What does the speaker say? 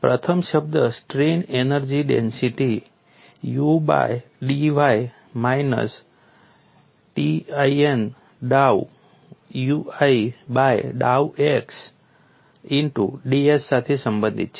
પ્રથમ શબ્દ strain energy density U dy minus Tin ડાઉ ui બાય ડાઉ x ઇનટુ ds સાથે સંબંધિત છે